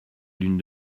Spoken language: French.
lune